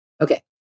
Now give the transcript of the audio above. Okay